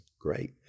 Great